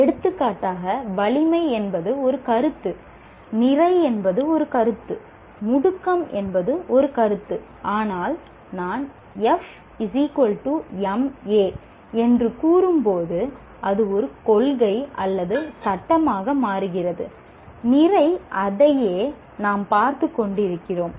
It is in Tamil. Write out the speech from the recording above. எடுத்துக்காட்டாக வலிமை என்பது ஒரு கருத்து நிறை என்பது ஒரு கருத்து முடுக்கம் என்பது ஒரு கருத்து ஆனால் நான் F ma என்று கூறும்போது அது ஒரு கொள்கை அல்லது சட்டமாக மாறுகிறது நிரை அதையே நாம் பார்த்துக்கொண்டிருக்கிறோம்